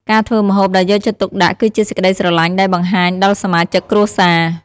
ការធ្វើម្ហូបដោយយកចិត្តទុកដាក់ គឺជាសេចក្ដីស្រលាញ់ដែលបង្ហាញដល់សមាជិកគ្រួសារ។